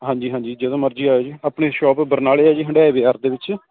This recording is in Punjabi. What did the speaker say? ਹਾਂਜੀ ਹਾਂਜੀ ਜਦੋਂ ਮਰਜ਼ੀ ਆਇਉ ਜੀ ਆਪਣੀ ਸ਼ੋਪ ਬਰਨਾਲੇ ਆ ਜੀ ਹੰਡਿਆਏ ਬਜ਼ਾਰ ਦੇ ਵਿੱਚ